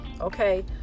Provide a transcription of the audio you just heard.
okay